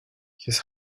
his